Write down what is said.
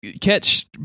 Catch